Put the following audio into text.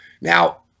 Now